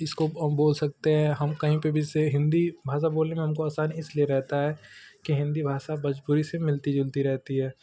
इसको हम बोल सकते हैं हम कहीं पर भी जैसे हिंदी भाषा बोलने में हमको आसानी इसलिए रहता है की हिंदी भाषा भोजपुरी से मिलती जुलती रहती है